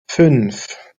fünf